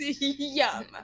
Yum